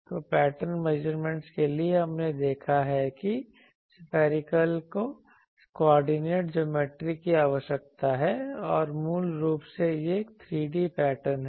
तो pattern measurement के लिए हमने देखा है कि सफैरिंकल कोऑर्डिनेट ज्योमेट्री की आवश्यकता है और मूल रूप से यह एक 3D पैटर्न है